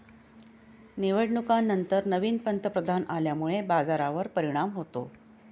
निवडणुकांनंतर नवीन पंतप्रधान आल्यामुळे बाजारावर परिणाम होतो